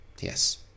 Yes